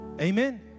Amen